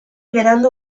berandu